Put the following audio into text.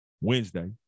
Wednesday